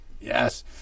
Yes